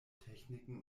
techniken